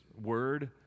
word